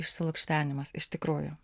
išsilukštenimas iš tikrųjų